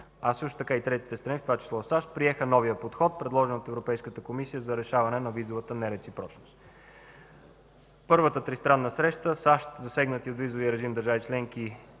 а също така и третите страни, в това число и САЩ, приеха новия подход, предложен от Европейската комисия за решаване на визовата нереципрочност. Първата тристранна среща САЩ – засегнатите от визовия режим държави членки